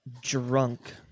drunk